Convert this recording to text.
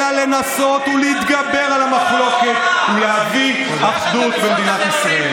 אלא לנסות ולהתגבר על המחלוקת ולהביא אחדות למדינת ישראל.